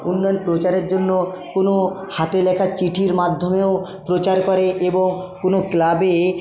উন্নয়ন প্রচারের জন্য কোনো হাতে লেখা চিঠির মাধ্যমেও প্রচার করে এবং কোনো ক্লাবে